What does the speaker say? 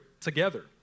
together